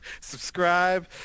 Subscribe